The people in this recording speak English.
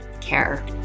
care